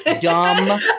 Dumb